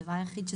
הדבר היחיד,